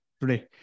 today